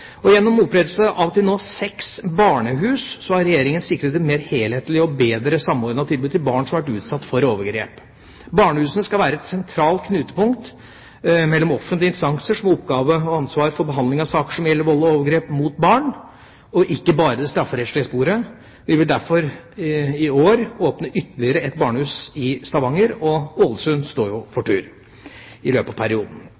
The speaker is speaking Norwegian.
voldsutøveren. Gjennom opprettelse av til nå seks Barnehus har Regjeringa sikret et mer helhetlig og bedre samordnet tilbud til barn som har vært utsatt for overgrep. Barnehusene skal være et sentralt knutepunkt mellom offentlige instanser som har oppgaver knyttet til og ansvar for behandling av saker som gjelder vold og overgrep mot barn, og ikke bare det strafferettslige sporet. Vi vil derfor i år åpne ytterligere et Barnehus i Stavanger, og Ålesund står jo